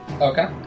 Okay